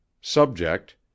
Subject